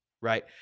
Right